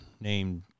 named